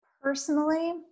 Personally